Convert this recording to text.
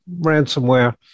ransomware